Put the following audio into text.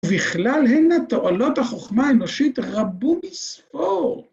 ובכלל הנה תועלות החוכמה האנושית רבו מספור.